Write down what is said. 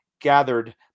gathered